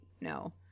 no